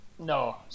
No